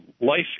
life